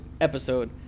episode